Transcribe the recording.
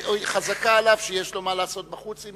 חזקה עליו שיש לו מה לעשות בחוץ,